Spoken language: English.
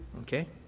Okay